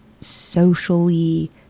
socially